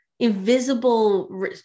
Invisible